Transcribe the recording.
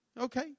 okay